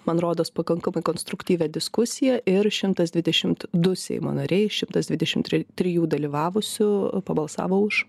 man rodos pakankamai konstruktyvią diskusiją ir šimtas dvidešimt du seimo nariai šimtas dvidešimt trijų dalyvavusių pabalsavo už